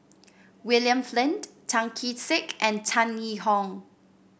William Flint Tan Kee Sek and Tan Yee Hong